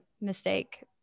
mistake